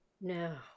No